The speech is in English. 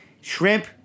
shrimp